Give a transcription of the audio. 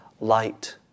light